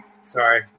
Sorry